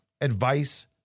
advice